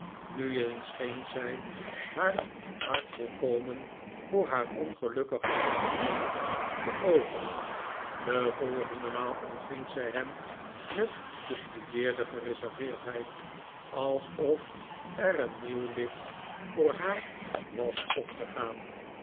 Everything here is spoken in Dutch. nu eens scheen zij haar hart volkomen voor haar ongelukkige slachtoffer te openen de volgende maal ontving zij hem met bestudeerde gereserveerdheid alsof er een nieuw licht voor haar was opgegaan